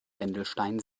wendelstein